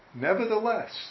Nevertheless